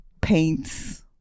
paints